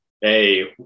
hey